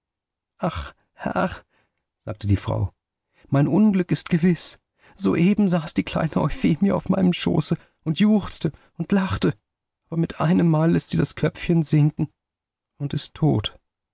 sagte die frau mein unglück ist gewiß soeben saß die kleine euphemie auf meinem schöße und juchzte und lachte aber mit einemmal läßt sie das köpfchen sinken und ist tot